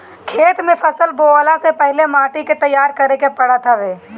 खेत में फसल बोअला से पहिले माटी के तईयार करे के पड़त हवे